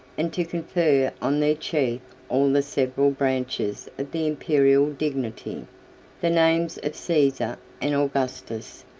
and to confer on their chief all the several branches of the imperial dignity the names of caesar and augustus,